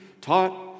taught